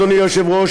אדוני היושב-ראש,